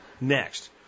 Next